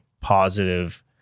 positive